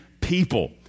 people